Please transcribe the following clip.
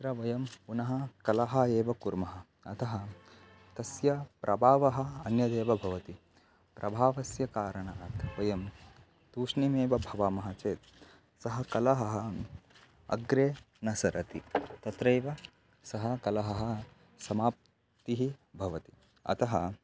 तत्र वयं पुनः कलहः एव कुर्मः अतः तस्य प्रभावः अन्यदेव भवति प्रभावस्य कारणात् वयं तूष्णीमेव भवामः चेत् सः कलहः अग्रे न सरति तत्रैव सः कलहः समाप्तिः भवति अतः